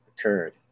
occurred